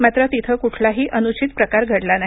मात्र तिथं कुठलाही अनुचित प्रकार घडला नाही